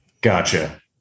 Gotcha